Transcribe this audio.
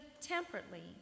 temperately